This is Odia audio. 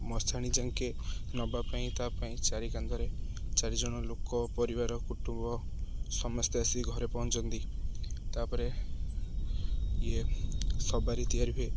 ମଶାଣୀ ଯାଙ୍କେ ନେବା ପାଇଁ ତା ପାଇଁ ଚାରି କାନ୍ଧରେ ଚାରିଜଣ ଲୋକ ପରିବାର କୁଟୁମ୍ବ ସମସ୍ତେ ଆସିିକ ଘରେ ପହଞ୍ଚନ୍ତି ତାପରେ ଇଏ ସବାରି ତିଆରି ହୁଏ